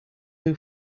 who